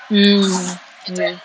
mm okay